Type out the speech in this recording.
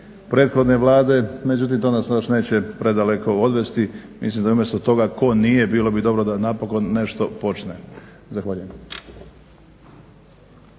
prethodne Vlade. Međutim, to nas neće predaleko odvesti. Mislim da umjesto toga tko nije bilo bi dobro da napokon nešto počne. Zahvaljujem.